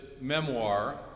memoir